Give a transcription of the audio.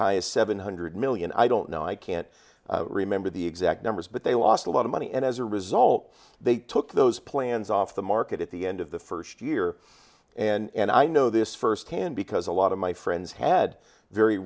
high as seven hundred million i don't know i can't remember the exact numbers but they lost a lot of money and as a result they took those plans off the market at the end of the first year and i know this firsthand because a lot of my friends had very